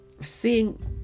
Seeing